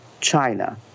China